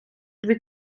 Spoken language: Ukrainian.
дві